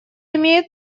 имеет